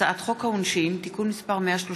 הצעת חוק העונשין (תיקון מס' 135)